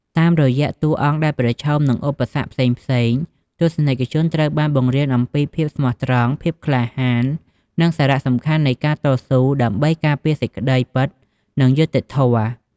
តាមរយៈតួអង្គដែលប្រឈមនឹងឧបសគ្គផ្សេងៗ ទស្សនិកជនត្រូវបានបង្រៀនអំពីភាពស្មោះត្រង់ ភាពក្លាហាន និងសារៈសំខាន់នៃការតស៊ូដើម្បីការពារសេចក្តីពិតនិងយុត្តិធម៌។